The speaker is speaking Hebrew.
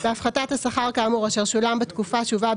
בהפחתת השכר כאמור אשר שולם בתקופה שהובאה